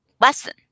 lesson